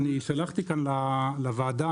אני שלחתי כאן לוועדה,